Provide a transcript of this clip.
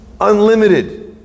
Unlimited